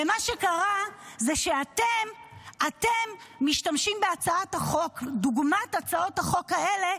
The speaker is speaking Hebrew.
מה שקרה זה שאתם משתמשים בהצעות החוק דוגמת הצעות החוק האלה,